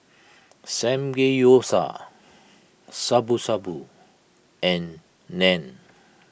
Samgeyopsal Shabu Shabu and Naan